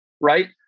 right